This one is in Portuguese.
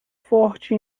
forte